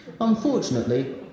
Unfortunately